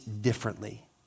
differently